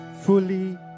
fully